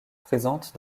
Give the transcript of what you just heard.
présentes